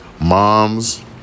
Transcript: mom's